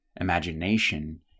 Imagination